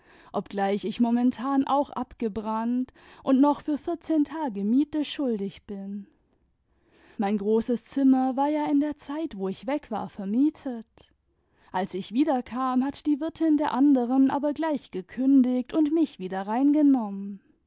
obgleich ich momentan auch abgebrannt und noch fr tage miete schuldig bin mein großes zimmer war ja in der zeit wo ich weg war vermietet als ich wiederkam hat die wirtin der anderen aber gleich gekündigt und mich wieder